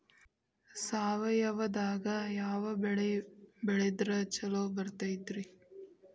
ಸಾವಯವದಾಗಾ ಯಾವ ಬೆಳಿ ಬೆಳದ್ರ ಛಲೋ ಬರ್ತೈತ್ರಿ?